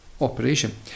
operation